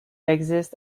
exist